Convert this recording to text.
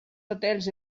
hotels